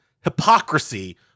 hypocrisy